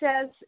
says